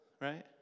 right